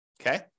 Okay